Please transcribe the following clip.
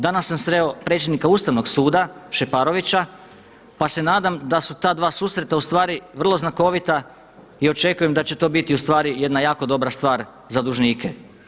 Danas sam sreo predsjednika Ustavnog suda Šeparovića pa se nadam da su ta dva susreta u stvari vrlo znakovita i očekujem da će to biti u stvari jedna jako dobra stvar za dužnike.